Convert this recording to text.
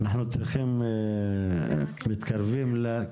אנחנו מתקרבים לסוף הישיבה.